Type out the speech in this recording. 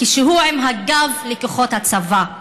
כשהוא עם הגב לכוחות הצבא.